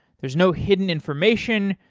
there's no hidden information,